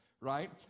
right